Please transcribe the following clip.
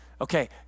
Okay